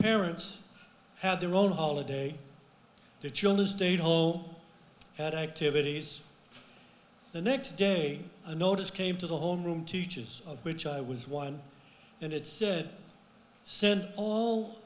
parents had their own holiday the children stayed whole had activities the next day i noticed came to the homeroom teachers of which i was one and it said send all